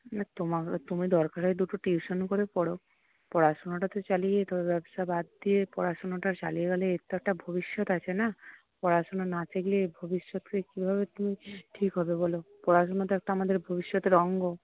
তোমার তুমি দরকার হয় দুটো টিউশন করে পড়ো পড়াশোনাটা তো চালিয়ে যেতে হবে ব্যবসা বাদ দিয়ে পড়াশোনাটা চালিয়ে গেলে এর তো একটা ভবিষ্যৎ আছে না পড়াশোনা না শিখলে এর ভবিষ্যৎ তুমি কীভাবে তুমি ঠিক হবে বল পড়াশোনা তো একটা আমাদের ভবিষ্যতের অঙ্গ